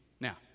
now